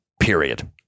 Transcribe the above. period